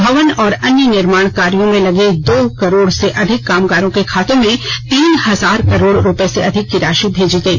भवन और अन्य निर्माण कार्यों में लगे दो करोड़ से अधिक कामगारों के खाते में तीन हजार करोड़ रुपए से अधिक की राशि भेजी गयी